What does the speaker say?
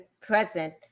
present